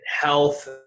health